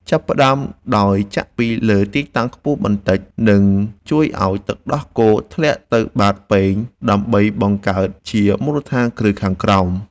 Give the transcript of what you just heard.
ចាប់ផ្តើមដោយចាក់ពីលើទីតាំងខ្ពស់បន្តិច នឹងជួយឱ្យទឹកដោះគោធ្លាក់ទៅបាតពែងដើម្បីបង្កើតជាមូលដ្ឋានគ្រឹះខាងក្រោម។